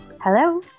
Hello